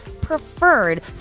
preferred